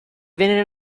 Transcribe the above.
viene